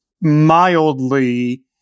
mildly